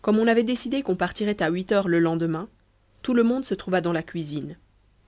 comme on avait décidé qu'on partirait à huit heures le lendemain tout le monde se trouva dans la cuisine